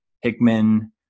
hickman